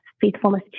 faithfulness